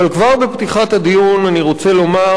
אבל כבר בפתיחת הדיון אני רוצה לומר,